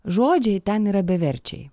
žodžiai ten yra beverčiai